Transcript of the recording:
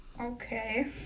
Okay